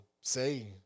say